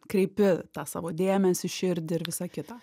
kreipi tą savo dėmesį širdį ir visą kitą